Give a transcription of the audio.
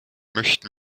möchten